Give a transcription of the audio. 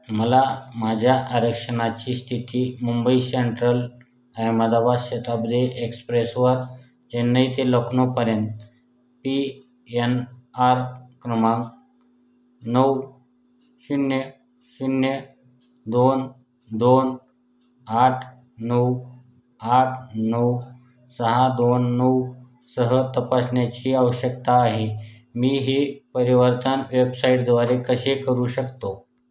मला माझ्या आरक्षणाची स्थिती मुंबई सेंट्रल अहमदाबाद शताब्दी एक्सप्रेसवर चेन्नई ते लखनौपर्यंत पी यन आर क्रमांक नऊ शून्य शून्य दोन दोन आठ नऊ आठ नऊ सहा दोन नऊ सह तपासण्याची आवश्यकता आहे मी हे परिवर्तन वेबसाईटद्वारे कसे करू शकतो